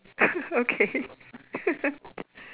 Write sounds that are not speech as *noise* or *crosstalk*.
*laughs* okay *laughs*